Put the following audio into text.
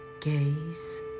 Gaze